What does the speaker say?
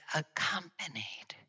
accompanied